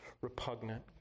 repugnant